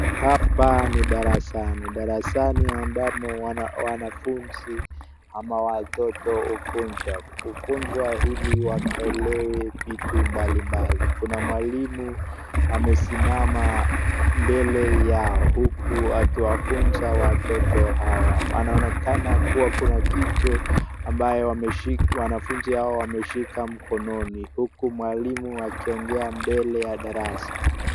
Hapa ni darasani, darasani ambamo wanafunzi ama watoto hufunzwa. Hufunzwa ili wakaelewe vitu mbali mbali. Kuna mwalimu amesimama mbele yao huku akiwafunza watoto hawa. Anaonekana kuna kitu wanafunzi wameshika mkononi, huku mwalimu akiongea mbele ya darasa.